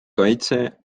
kaitse